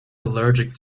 allergic